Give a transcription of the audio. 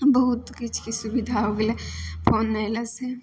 बहुत किछुके सुविधा हो गेलै फोन अयलासँ